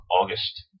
August